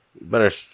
better